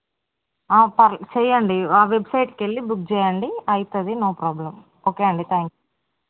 per చెయ్యండి ఆ వెబ్సైట్కు వెళ్ళి బుక్ చెయ్యండి అవుతుంది నో ప్రాబ్లం ఓకే అండి థ్యాంక్ యూ